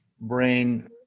brain